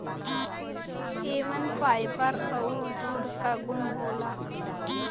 एमन फाइबर आउर दूध क गुन होला